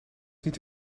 niet